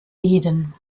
eden